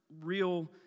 real